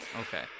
Okay